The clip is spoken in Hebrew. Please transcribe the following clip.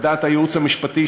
על דעת הייעוץ המשפטי,